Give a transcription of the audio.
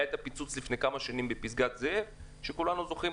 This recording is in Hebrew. היה את הפיצוץ לפני כמה שנים בפסגת זאב שכולנו זוכרים.